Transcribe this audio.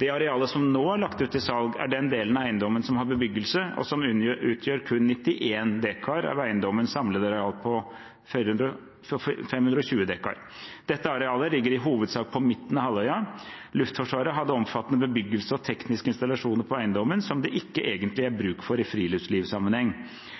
Det arealet som nå er lagt ut for salg, er den delen av eiendommen som har bebyggelse, og som utgjør kun 91 dekar av eiendommens samlede areal på 520 dekar. Dette arealet ligger i hovedsak på midten av halvøya. Luftforsvaret hadde omfattende bebyggelse og tekniske installasjoner på eiendommen som det ikke egentlig er bruk for i friluftslivssammenheng.